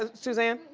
ah suzanne?